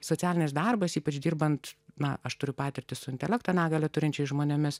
socialinis darbas ypač dirbant na aš turiu patirtį su intelekto negalią turinčiais žmonėmis